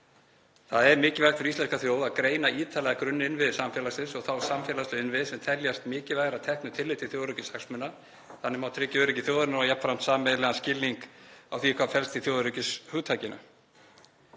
Það er mikilvægt fyrir íslenska þjóð að greina ítarlega grunninnviði samfélagsins og þá samfélagslegu innviði sem teljast mikilvægir að teknu tilliti til þjóðaröryggishagsmuna. Þannig má tryggja öryggi þjóðarinnar og jafnframt sameiginlegan skilning á því hvað felst í þjóðaröryggishugtakinu.